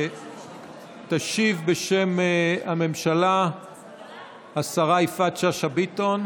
תשיב בשם הממשלה השרה יפעת שאשא ביטון.